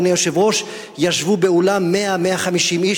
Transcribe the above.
אדוני היושב-ראש: ישבו באולם 100 150 איש,